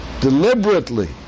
deliberately